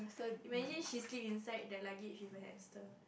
imagine she sleep inside that luggage with a hamster